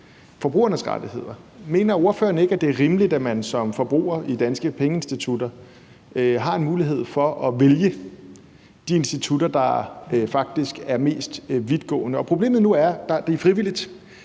forbrugernes rettigheder. Mener ordføreren ikke, at det er rimeligt, at man som forbruger i danske pengeinstitutter har en mulighed for at vælge de institutter, der faktisk er mest vidtgående? Og problemet nu er, at det er frivilligt.